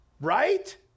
Right